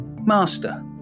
Master